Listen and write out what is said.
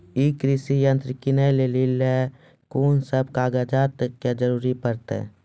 ई कृषि यंत्र किनै लेली लेल कून सब कागजात के जरूरी परतै?